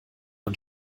man